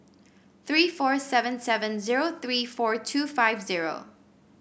three four seven seven zero three four two five zero